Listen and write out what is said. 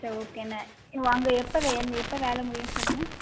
சரி ஓகேண்ணா வாங்க எப்போ அங்கே எப்போ வேலை முடியும்ன்னு சொன்னீங்க